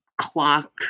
clock